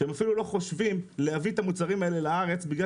שהם אפילו לא חושבים להביא את המוצרים האלה לארץ בגלל